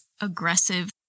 aggressive